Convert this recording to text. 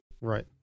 right